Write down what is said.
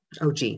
OG